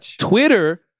Twitter